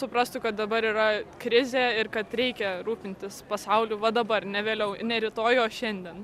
suprastų kad dabar yra krizė ir kad reikia rūpintis pasauliu va dabar ne vėliau ne rytoj o šiandien